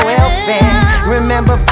Remember